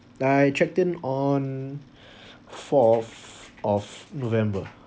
I checked in on fourth of november